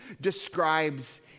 describes